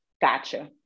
gotcha